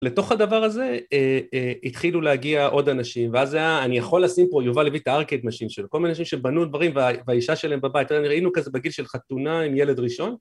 לתוך הדבר הזה התחילו להגיע עוד אנשים, ואז זה היה, אני יכול לשים פה, יובל יביא את הארקד משין שלו, כל מיני אנשים שבנו דברים, והאישה שלהם בבית, היינו כזה בגיל של חתונה עם ילד ראשון,